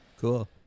Cool